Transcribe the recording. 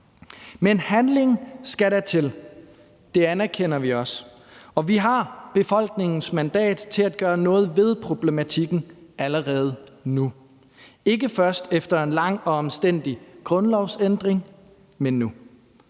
Men handling skal der til. Det anerkender vi også. Og vi har befolkningens mandat til at gøre noget ved problematikken allerede nu, ikke først efter en lang og omstændig grundlovsændring, men nu.